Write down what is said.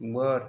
वर